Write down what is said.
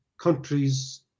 countries